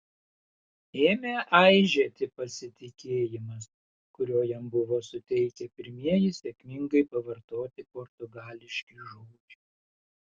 ėmė aižėti pasitikėjimas kurio jam buvo suteikę pirmieji sėkmingai pavartoti portugališki žodžiai